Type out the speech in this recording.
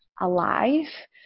alive